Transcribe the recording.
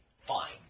fine